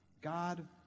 God